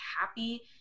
happy